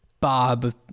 Bob